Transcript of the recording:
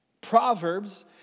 Proverbs